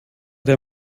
der